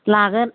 लागोन